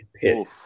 pit